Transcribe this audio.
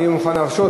אני מוכן להרשות,